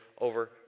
over